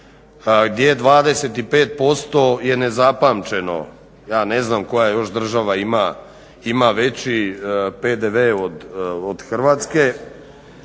gdje 25% je nezapamćeno, ja ne znam koja još država ima veći PDV od Hrvatske.